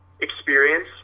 experience